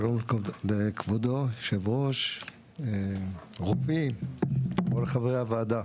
שלום לכבוד יושב-הראש, רופאים, כל חברי הוועדה.